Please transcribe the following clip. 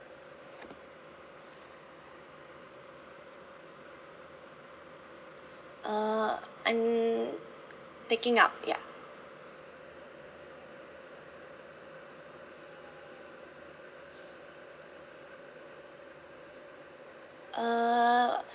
uh I'm taking out ya uh